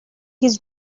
his